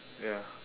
ya